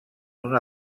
una